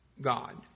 God